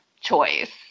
choice